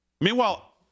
Meanwhile